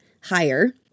higher